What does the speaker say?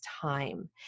time